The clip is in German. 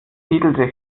siedelte